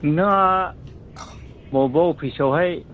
नोंथाङा बबेयावबा अफिस आवहाय